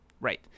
Right